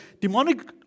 demonic